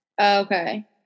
Okay